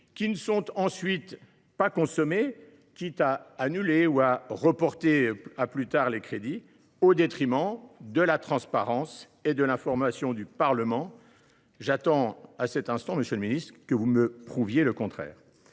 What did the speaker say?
qui ne sont ensuite pas consommées, quitte à annuler ou à reporter les crédits au détriment de la transparence et de l’information du Parlement. J’attends, monsieur le ministre, que vous me prouviez le contraire